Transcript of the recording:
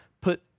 put